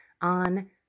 on